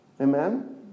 Amen